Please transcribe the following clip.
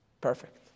Perfect